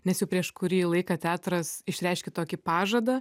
nes jau prieš kurį laiką teatras išreiškė tokį pažadą